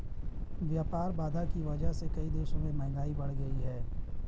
व्यापार बाधा की वजह से कई देशों में महंगाई बढ़ गयी है